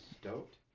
stoked